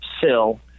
sill